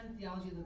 Theology